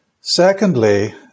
Secondly